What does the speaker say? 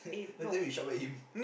that day we shot by him